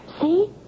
See